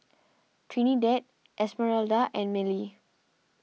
Trinidad Esmeralda and Mellie